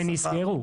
שנסגרו.